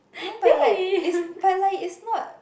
no but like it's but like it's not